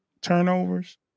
turnovers